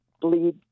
bleed